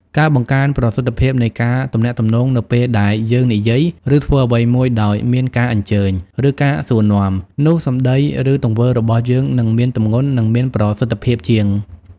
ការបង្កើនប្រសិទ្ធភាពនៃការទំនាក់ទំនងនៅពេលដែលយើងនិយាយ ឬធ្វើអ្វីមួយដោយមានការអញ្ជើញ ឬការសួរនាំ នោះសម្ដី ឬទង្វើរបស់យើងនឹងមានទម្ងន់ និងមានប្រសិទ្ធភាពជាង។